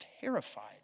terrified